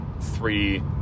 three